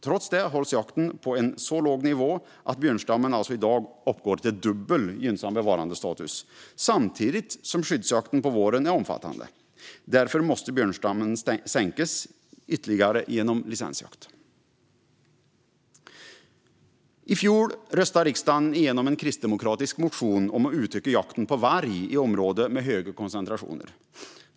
Trots det hålls jakten på en så låg nivå att björnstammen alltså i dag uppgår till den dubbla mängden för gynnsam bevarandestatus, och samtidigt är skyddsjakten på våren omfattande. Björnstammen borde därför minska ytterligare genom licensjakt. I fjol röstade riksdagen igenom en kristdemokratisk motion om att utöka jakten på varg i områden med höga koncentrationer.